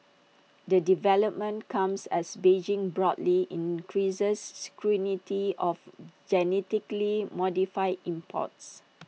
the development comes as Beijing broadly increases of genetically modified imports